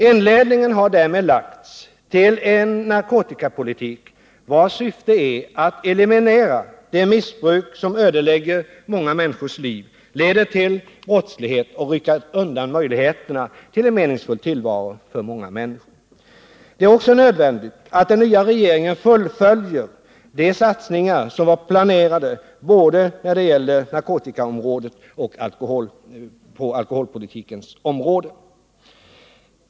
Inledningen har därmed gjorts till en narkotikapolitik, vars syfte är att eliminera det missbruk som ödelägger många människors liv, leder till brottslighet och rycker undan möjligheterna till en meningsfull tillvaro för många människor. Det är också nödvändigt att den nya regeringen fullföljer de satsningar som var planerade när det gäller både narkotikaområdet och alkoholpolitikens område.